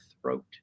throat